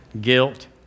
Guilt